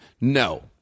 No